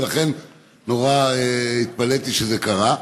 ולכן נורא התפלאתי שזה קרה.